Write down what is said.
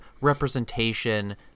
representation